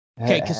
Okay